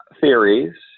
theories